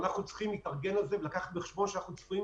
לכן אנחנו צריכים לקחת בחשבון התארגנות